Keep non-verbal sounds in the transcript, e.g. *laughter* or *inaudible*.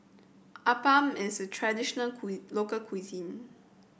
appam is a traditional *unintelligible* local cuisine